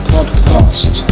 Podcast